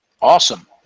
Awesome